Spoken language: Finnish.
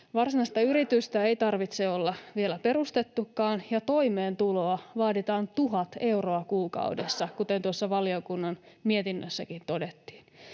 Varsinaista yritystä ei tarvitse olla vielä perustettukaan, ja toimeentuloa vaaditaan 1 000 euroa kuukaudessa, kuten tuossa valiokunnan mietinnössäkin todettiin